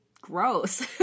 gross